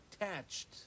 attached